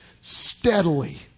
steadily